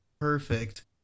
perfect